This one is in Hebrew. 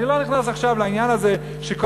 אני לא נכנס עכשיו לעניין הזה שכל